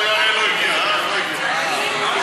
ו-2018, התשע"ז 2016, לוועדת הכספים נתקבלה.